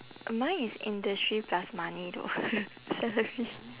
mine is industry plus money though salary